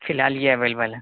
فی الحال یہ اویلیبل ہے